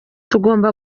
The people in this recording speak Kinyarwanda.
tugomba